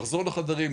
לחזור לחדרים,